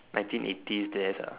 nineteen eighties desk ah